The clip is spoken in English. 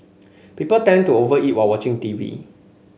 people tend to over eat while watching television